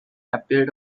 appeared